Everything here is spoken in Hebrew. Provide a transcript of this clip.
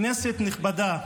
כנסת נכבדה,